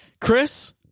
Chris